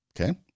Okay